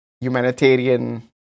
humanitarian